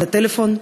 על הטלפון,